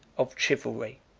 of chivalry.